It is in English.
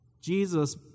Jesus